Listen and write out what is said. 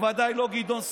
בוודאי לא גדעון סער,